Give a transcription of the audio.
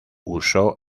usó